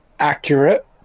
Accurate